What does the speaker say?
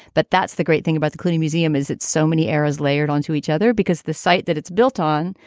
but that's the great thing about the cluny museum is it's so many ara's layered onto each other because the site that it's built on,